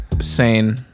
sane